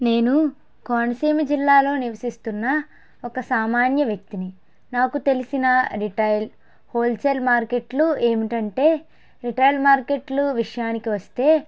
నేను కోనసీమ జిల్లాలో నివసిస్తున్న ఒక సామాన్య వ్యక్తిని నాకు తెలిసిన రిటైల్ హోల్సేల్ మార్కెట్లు ఏమిటంటే రిటైల్ మార్కెట్లు విషయానికొస్తే